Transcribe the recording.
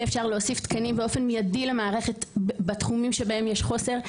יהיה אפשר להוסיף תקנים למערכת באופן מיידי בתחומים שיש בהם חוסר,